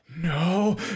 no